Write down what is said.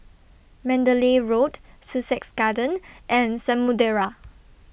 Mandalay Road Sussex Garden and Samudera